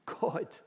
God